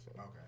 Okay